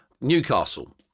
Newcastle